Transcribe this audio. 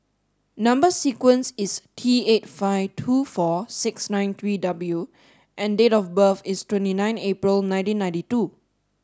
number sequence is T eighty five two four six nine three W and date of birth is twenty nine April nineteen ninety two